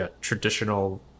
traditional